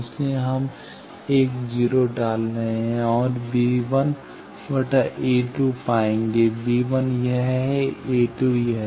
इसलिए हम 1 0 डाल रहे हैं और b1 a2 पाएंगे b1 यह है a2 यह है